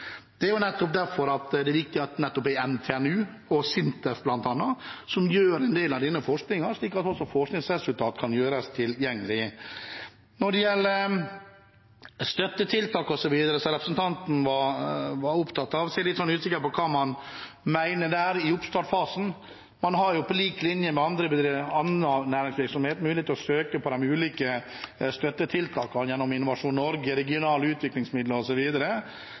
Det er derfor viktig at bl.a. NTNU og SINTEF gjør en del av denne forskningen, slik at forskningsresultater kan gjøres tilgjengelig. Når det gjelder støttetiltak osv. som representanten var opptatt av, er jeg litt usikker på hva man mener. I oppstartsfasen har man på lik linje med annen næringsvirksomhet mulighet til å søke på de ulike støttetiltakene gjennom Innovasjon Norge, regionale utviklingsmidler